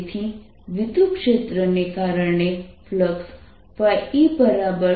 તેથી વિદ્યુતક્ષેત્ર ને કારણે ફ્લક્સ E E